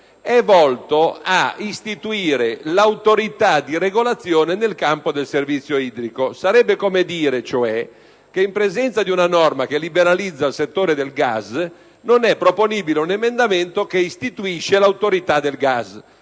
è volto ad istituire l'Autorità di regolazione nell'ambito del servizio idrico. Sarebbe come se si dicesse che in presenza di una norma che liberalizza il settore del gas non è proponibile un emendamento che istituisce l'Autorità del gas.